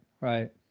Right